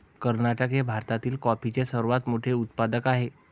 कर्नाटक हे भारतातील कॉफीचे सर्वात मोठे उत्पादक आहे